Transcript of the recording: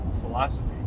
philosophy